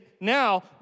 now